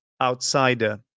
outsider